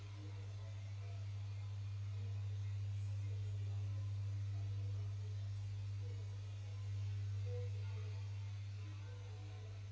and